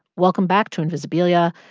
welcome back to invisibilia.